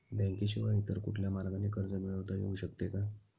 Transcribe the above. बँकेशिवाय इतर कुठल्या मार्गाने कर्ज मिळविता येऊ शकते का?